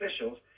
officials